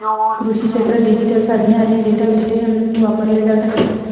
कृषी क्षेत्रात डिजिटल साधने आणि डेटा विश्लेषण वापरले जात आहे